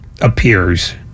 appears